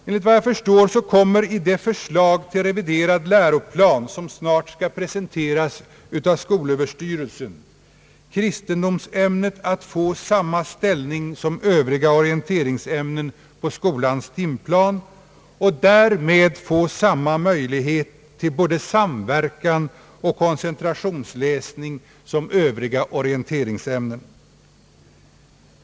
Enligt vad jag förstår kommer i det förslag till reviderad läroplan som snart skall presenteras av skolöverstyrelsen kristendomsämnet att få samma ställning som Övriga orienteringsämnen på skolans timplan och därmed få samma möjlighet till både samverkan och koncentrationsläsning som övriga orienteringsämnen.